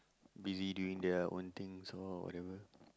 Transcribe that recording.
busy doing their own things so whatever